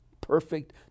perfect